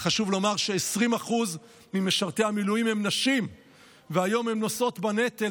אומרת שקודם כול חייל מילואים לא יזדקק ל-14 יום בשנה,